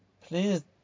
Please